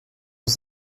aus